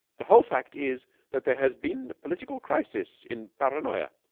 the whole fact is that there has been political crisis in paranoya.